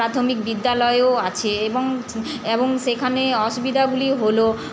প্রাথমিক বিদ্যালয়ও আছে এবং এবং সেখানে অসুবিধাগুলি হলো